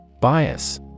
Bias